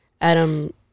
Adam